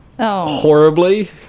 Horribly